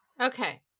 okay